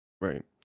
Right